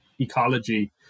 ecology